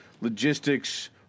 Logistics